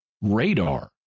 radar